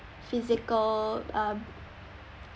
physical uh